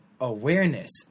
awareness